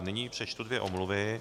Nyní přečtu dvě omluvy.